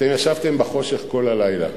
אתם ישבתם בחושך כל הלילה.